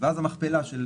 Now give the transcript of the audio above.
ואז המכפלה של